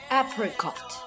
Apricot